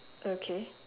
okay